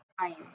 time